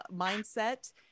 mindset